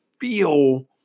feel